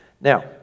Now